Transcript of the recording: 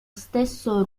stesso